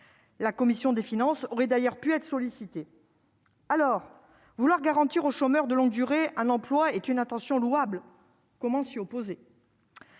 la commission des finances aurait d'ailleurs pu être sollicité alors vouloir garantir aux chômeurs de longue durée un emploi est une attention louable, comment s'y opposer,